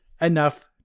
enough